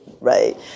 right